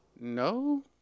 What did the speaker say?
No